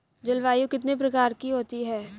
जलवायु कितने प्रकार की होती हैं?